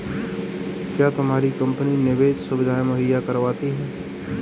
क्या तुम्हारी कंपनी निवेश सुविधायें मुहैया करवाती है?